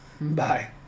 Bye